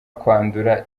kwandura